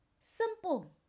Simple